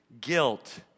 guilt